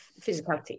physicality